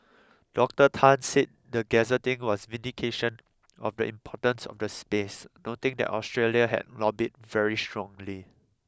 Doctor Tan said the gazetting was vindication of the importance of the space noting that Australia had lobbied very strongly